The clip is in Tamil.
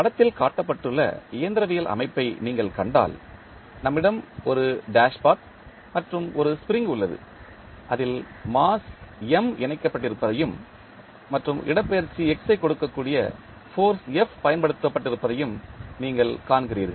படத்தில் காட்டப்பட்டுள்ள இயந்திரவியல் அமைப்பை நீங்கள் கண்டால் நம்மிடம் ஒரு டாஷ்பாட் மற்றும் ஒரு ஸ்ப்ரிங் உள்ளது அதில் மாஸ் M இணைக்கப்பட்டிருப்பதையும் மற்றும் இடப்பெயர்ச்சி x ஐக் கொடுக்கும் ஃபோர்ஸ் F பயன்படுத்தப்பட்டு இருப்பதையும் நீங்கள் காண்கிறீர்கள்